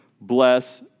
Bless